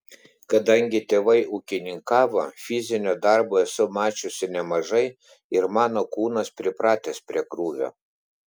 kadangi tėvai ūkininkavo fizinio darbo esu mačiusi nemažai ir mano kūnas pripratęs prie krūvio